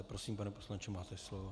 Prosím, pane poslanče, máte slovo.